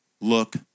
look